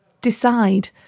Decide